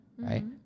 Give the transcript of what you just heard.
Right